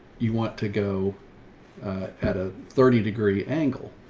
you want to go at a thirty degree angle.